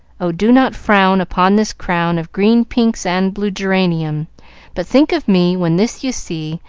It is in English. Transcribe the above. oh, do not frown upon this crown of green pinks and blue geranium but think of me when this you see,